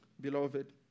beloved